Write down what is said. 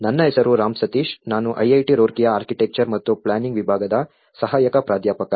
ನನ್ನ ಹೆಸರು ರಾಮ್ ಸತೀಶ್ ನಾನು IIT ರೂರ್ಕಿಯ ಆರ್ಕಿಟೆಕ್ಚರ್ ಮತ್ತು ಪ್ಲಾನಿಂಗ್ ವಿಭಾಗದ ಸಹಾಯಕ ಪ್ರಾಧ್ಯಾಪಕ